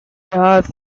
behalf